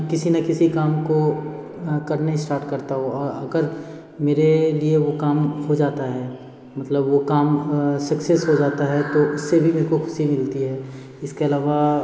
किसी ना किसी काम को करने स्टार्ट करता हूँ अगर मेरे लिए वो काम हो जाता है मतलब वो काम सक्सेस हो जाता है तो उससे भी मेरे को ख़ुशी मिलती है इसके अलावा